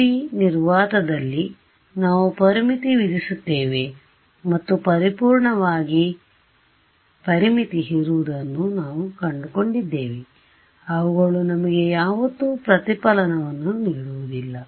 1D ನಿರ್ನವಾತದಲ್ಲಿ ನಾವು ಪರಿಮಿತಿ ವಿಧಿಸುತ್ತೇವೆ ಮತ್ತು ಪರಿಪೂರ್ಣವಾಗಿ ಪ್ಪರಿಮಿತಿ ಹೀರುವುದನ್ನು ನಾವು ಕಂಡುಕೊಂಡಿದ್ದೇವೆ ಅವುಗಳು ನಮಗೆ ಯಾವತ್ತೂ ಪ್ರತಿಫಲನವನ್ನು ನೀಡುವುದಿಲ್ಲ